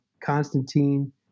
Constantine